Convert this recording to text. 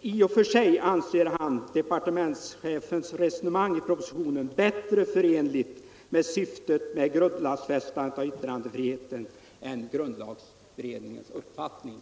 i och för sig ansåg han departementschefens resonemang i propositionen bättre förenligt med syftet med grundlagsfästandet av yttrandefriheten än grundlagberedningens uppfattning.